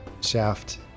shaft